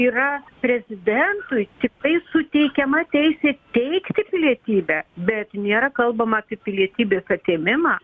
yra prezidentui tiktai suteikiama teisė teikti pilietybę bet nėra kalbama apie pilietybės atėmimą